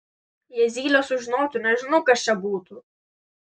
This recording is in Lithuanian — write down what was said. jei zylė sužinotų nežinau kas čia būtų